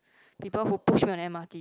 people who push when M_R_T